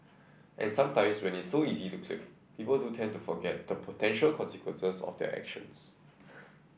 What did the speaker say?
and sometimes when it's so easy to click people do tend to forget the potential consequences of their actions